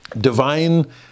divine